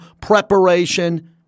preparation